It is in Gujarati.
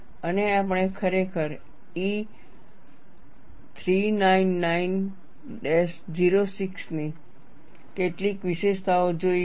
અને આપણે ખરેખર E 399 06 ની કેટલીક વિશેષતાઓ જોઈ હતી